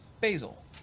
Basil